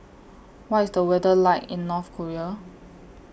What IS The weather like in North Korea